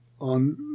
on